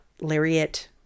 Lariat